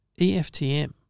EFTM